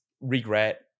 regret